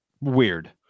weird